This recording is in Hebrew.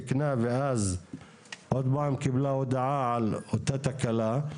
תיקנה ואז עוד פעם קיבלה קריאה על אותה תקלה.